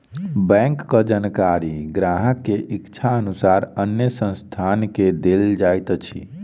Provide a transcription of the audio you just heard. बैंकक जानकारी ग्राहक के इच्छा अनुसार अन्य संस्थान के देल जाइत अछि